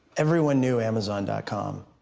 everyone knew amazon com.